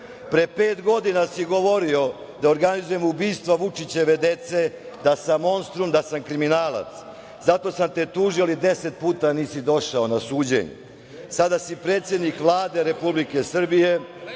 Pre pet godina si govorio da organizujemo ubistva Vučićeve dece, da sam monstrum, da sam kriminalac. Zato sam te tužio, ali 10 puta nisi došao na suđenje. Sada si predsednik Vlade Republike Srbije.